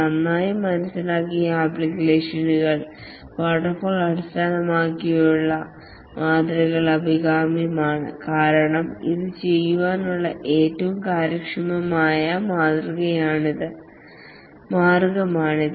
നന്നായി മനസിലാക്കിയ ആപ്ലിക്കേഷനുകൾക്ക് വാട്ടർഫാൾ അടിസ്ഥാനമാക്കിയുള്ള മാതൃകകൾ അഭികാമ്യമാണ് കാരണം ഇത് ചെയ്യാനുള്ള ഏറ്റവും കാര്യക്ഷമമായ മാർഗ്ഗമാണിത്